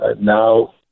now